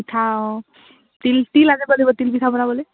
পিঠা অঁ তিল তিল আনিব লাগিব তিল পিঠা বনাবলে